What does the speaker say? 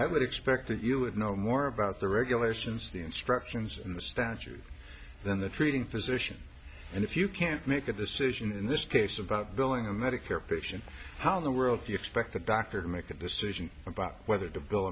i would expect that you would know more about the regulations the instructions in the statute than the treating physician and if you can't make a decision in this case about billing and medicare patients how in the world expect the backer to make a decision about whether to bil